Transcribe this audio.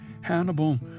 Hannibal